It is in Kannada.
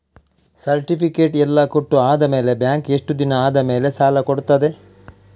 ಸರ್ಟಿಫಿಕೇಟ್ ಎಲ್ಲಾ ಕೊಟ್ಟು ಆದಮೇಲೆ ಬ್ಯಾಂಕ್ ಎಷ್ಟು ದಿನ ಆದಮೇಲೆ ಸಾಲ ಕೊಡ್ತದೆ?